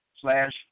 slash